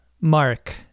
mark